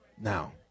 Now